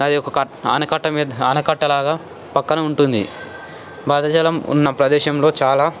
అదొక ఆనకట్ట మీద ఆనకట్ట లాగా పక్కన ఉంటుంది భద్రాచలం ఉన్న ప్రదేశంలో చాలా